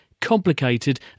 complicated